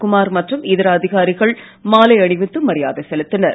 குமார் மற்றும் இதர அதிகாரிகள் மாலை அணிவித்து மரியாதை செலுத்தினர்